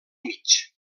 mig